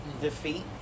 defeat